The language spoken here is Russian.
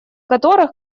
которых